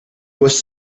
was